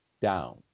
down